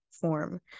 form